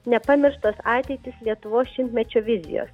nepamirštos ateitys lietuvos šimtmečio vizijos